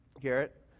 Garrett